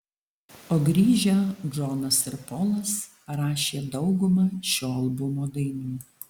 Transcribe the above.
o grįžę džonas ir polas parašė daugumą šio albumo dainų